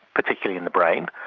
particularly in the brain,